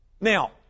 Now